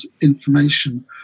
information